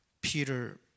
Peter